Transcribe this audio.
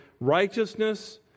righteousness